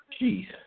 Jeez